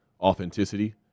authenticity